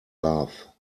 laugh